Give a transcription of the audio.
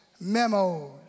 memos